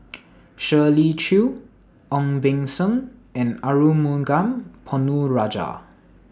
Shirley Chew Ong Beng Seng and Arumugam Ponnu Rajah